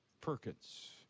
Perkins